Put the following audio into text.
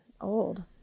old